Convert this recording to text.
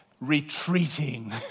retreating